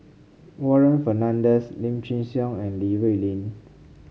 Warren Fernandez Lim Chin Siong and Li Rulin